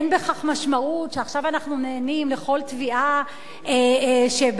אין בכך משמעות שעכשיו אנחנו נענים לכל תביעה שבאה,